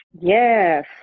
Yes